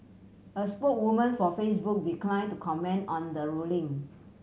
a spoke woman for Facebook decline to comment on the ruling